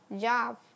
Job